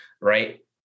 Right